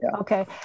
okay